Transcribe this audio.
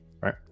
right